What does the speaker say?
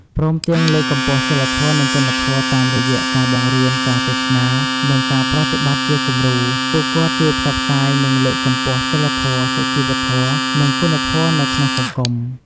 ព្រមទាំង លើកកម្ពស់សីលធម៌ និងគុណធម៌តាមរយៈការបង្រៀន ការទេសនា និងការប្រតិបត្តិជាគំរូ ពួកគាត់ជួយផ្សព្វផ្សាយ និងលើកកម្ពស់សីលធម៌ សុជីវធម៌ និងគុណធម៌នៅក្នុងសង្គម។